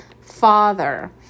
father